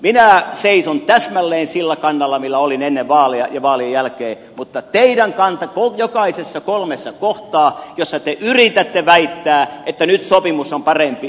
minä seison täsmälleen sillä kannalla millä olin ennen vaaleja ja vaalien jälkeen mutta jokaisessa kolmessa kohtaa joissa te yritätte väittää että nyt sopimus on parempi väitän